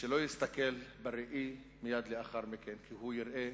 שלא יסתכל בראי מייד לאחר מכן, כי הוא יראה